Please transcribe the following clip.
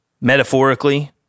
Metaphorically